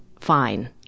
fine